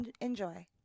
Enjoy